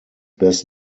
best